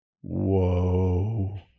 whoa